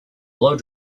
blow